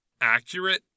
accurate